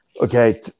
Okay